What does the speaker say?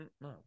No